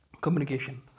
communication